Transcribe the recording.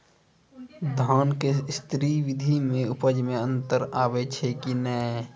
धान के स्री विधि मे उपज मे अन्तर आबै छै कि नैय?